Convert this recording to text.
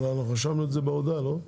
אבל אנחנו רשמנו את זה בהודעה, לא?